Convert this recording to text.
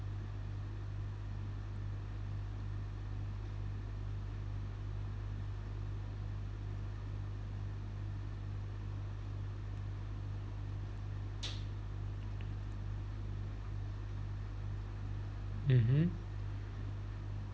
mmhmm